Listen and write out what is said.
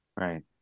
Right